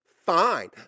Fine